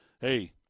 hey